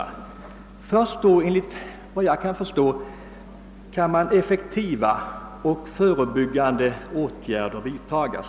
Först då kan enligt min mening effektiva och förebyggande åtgärder vidtas.